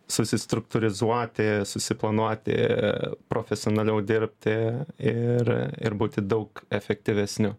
susistruktūrizuoti susiplanuoti profesionaliau dirbti ir ir būti daug efektyvesniu